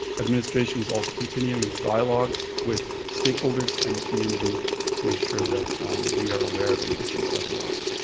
administration is also continuing its dialogue with stakeholders and the community to make sure that we are aware of any issues that arise.